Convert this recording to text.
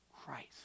Christ